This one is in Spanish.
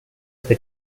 este